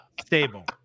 Stable